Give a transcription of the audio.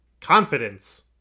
Confidence